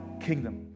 kingdom